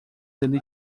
ele